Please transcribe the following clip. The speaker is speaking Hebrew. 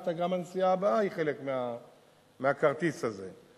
אז גם הנסיעה הבאה היא חלק מהכרטיס הזה.